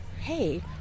hey